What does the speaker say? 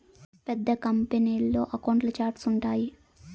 పెద్ద కంపెనీల్లో అకౌంట్ల ఛార్ట్స్ ఉంటాయి